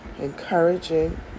Encouraging